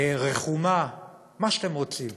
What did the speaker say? רחומה, מה שאתם רוצים,